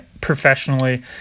Professionally